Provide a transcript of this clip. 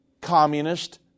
communist